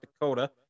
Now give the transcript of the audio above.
Dakota